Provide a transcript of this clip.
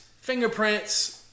fingerprints